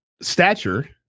stature